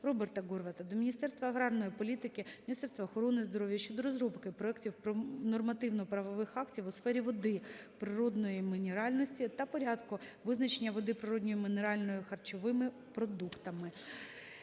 Роберта Горвата до Міністерства аграрної політики, Міністерства охорони здоров'я щодо розробки проектів нормативно-правових актів у сфері води природної мінеральної та порядку визначення води природної мінеральної харчовим продуктом.